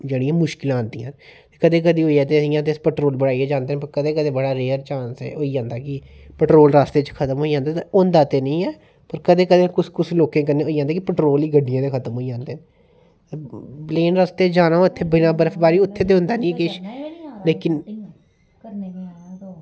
जेह्ड़ियां मुश्कलां आंदियां न ते कदें कदें इंया होंदा की तुस पेट्रोल पाइयै जंदे न ते कदें कदें बड़ा रेअर जंदा की पेट्रोल ई खत्म होई जंदा ऐ प्लेन रस्ते जाना होऐ बिना बर्फबाारी ते उत्थै होंदा निं ऐ किश लेकिन